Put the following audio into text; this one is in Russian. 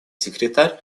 секретарь